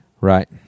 Right